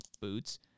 boots